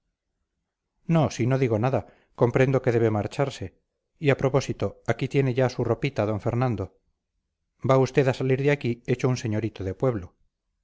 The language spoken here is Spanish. no si no digo nada comprendo que debe marcharse y a propósito aquí tiene ya su ropita d fernando va usted a salir de aquí hecho un señorito de pueblo